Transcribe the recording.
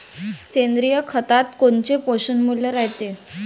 सेंद्रिय खतात कोनचे पोषनमूल्य रायते?